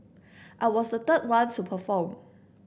I was the third one to perform